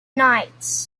knights